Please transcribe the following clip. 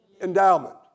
endowment